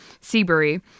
Seabury